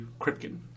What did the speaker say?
Kripken